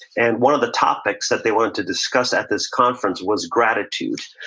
and one of the topics that they wanted to discuss at this conference was gratitude.